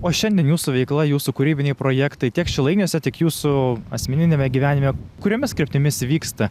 o šiandien jūsų veikla jūsų kūrybiniai projektai tiek šilainiuose tiek jūsų asmeniniame gyvenime kuriomis kryptimis įvyksta